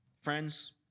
friends